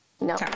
No